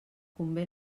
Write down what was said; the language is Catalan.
convé